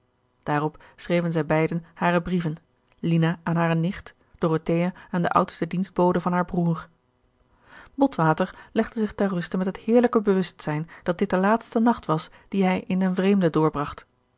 daarop schreven zij beiden hare brieven lina aan hare gerard keller het testament van mevrouw de tonnette nicht dorothea aan de oudste dienstbode van haar broer botwater legde zich ter ruste met het heerlijk bewustzijn dat dit de laatste nacht was dien hij in den vreemde